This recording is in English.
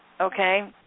okay